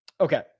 Okay